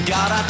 God